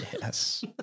yes